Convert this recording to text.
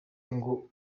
ngo